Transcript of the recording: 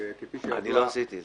לפי סעיף 59(2) לחוק הכנסת.